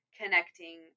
connecting